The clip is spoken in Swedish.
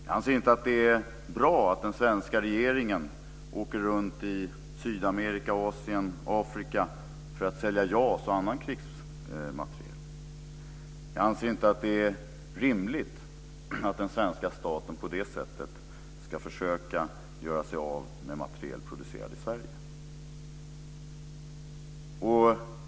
Jag anser inte att det är bra att den svenska regeringen åker runt i Sydamerika, Asien och Afrika för att sälja JAS och annan krigsmateriel. Jag anser inte att det är rimligt att den svenska staten på det sättet ska försöka göra sig av med materiel producerad i Sverige.